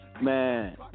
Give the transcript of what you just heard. Man